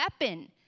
weapon